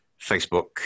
Facebook